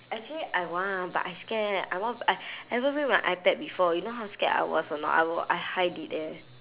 actually I want but I scared I want b~ I never bring my ipad before you know how scared I was or not I w~ I hide it eh